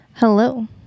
hello